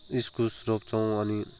इस्कुस रोप्छौँ अनि